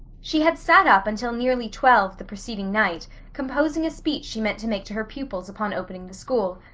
she had sat up until nearly twelve the preceding night composing a speech she meant to make to her pupils upon opening the school.